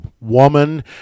woman